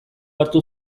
hartu